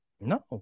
No